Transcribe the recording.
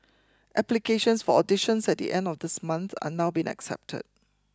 applications for auditions at the end of this month are now being accepted